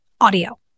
audio